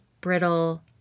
brittle